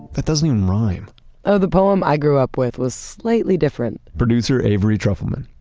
that doesn't even rhyme oh, the poem i grew up with was slightly different producer avery trufelman